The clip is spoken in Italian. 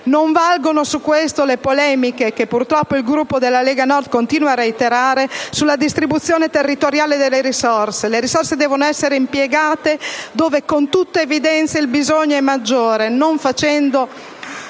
Non valgono su questo le polemiche, che purtroppo il Gruppo della Lega Nord continua a reiterare, sulla distribuzione territoriale delle risorse: le risorse devono essere impiegate dove con tutta evidenza il bisogno è maggiore e non facendo